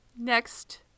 Next